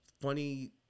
funny